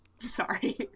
sorry